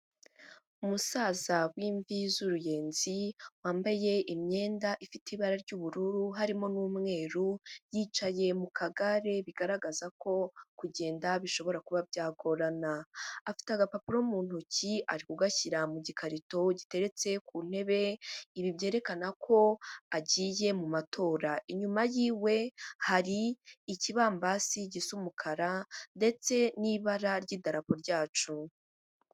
Umusaza w'imvi z'uruyenzi wambaye imyenda ifite ibara ry'ubururu harimo n'umweru yicaye mu kagare bigaragaza ko kugenda bishobora kuba byagorana afite agapapuro mu ntoki ari k,ugashyira mu gikarito giteretse ku ntebe ibi byerekana ko agiye mu matora inyuma yiwe hari ikibambasi gisa umukara ndetse n'ibara ry'idarapu ryacu.